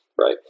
right